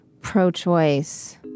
pro-choice